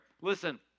Listen